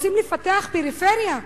רוצים לפתח פריפריה?